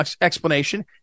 explanation